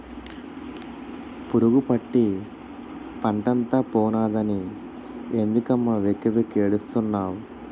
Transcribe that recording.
పురుగుపట్టి పంటంతా పోనాదని ఎందుకమ్మ వెక్కి వెక్కి ఏడుస్తున్నావ్